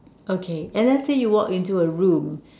okay and let's say you walk into a room